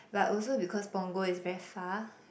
but also because Punggol is very far